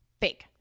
fake